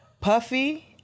Puffy